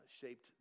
shaped